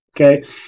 okay